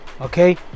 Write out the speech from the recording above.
Okay